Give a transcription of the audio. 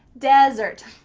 desert.